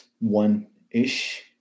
one-ish